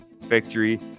victory